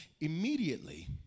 Immediately